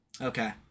Okay